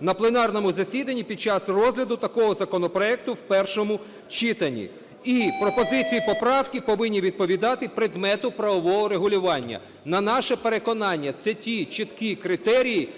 на пленарному засіданні під час розгляду такого законопроекту в першому читанні. І пропозиції, і поправки повинні відповідати предмету правового регулювання. На наше переконання, це ті чіткі критерії,